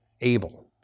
able